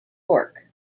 torque